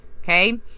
Okay